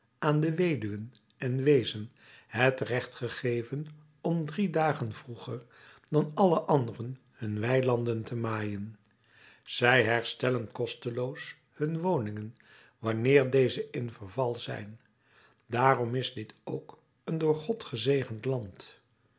aan de weduwen en weezen het recht gegeven om drie dagen vroeger dan alle anderen hun weilanden te maaien zij herstellen kosteloos hun woningen wanneer deze in verval zijn daarom is dit ook een door god gezegend land